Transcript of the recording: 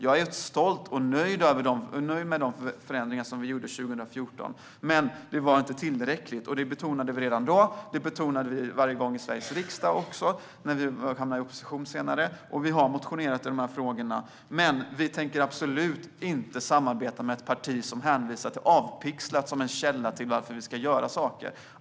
Jag är stolt över och nöjd med de förändringar som vi gjorde 2014. Men det var inte tillräckligt, och det betonade vi redan då. Vi betonade det också i Sveriges riksdag när vi senare hamnade i opposition, och vi har motionerat i de här frågorna. Men vi tänker absolut inte samarbeta med ett parti som hänvisar till Avpixlat som en källa till varför vi ska göra saker.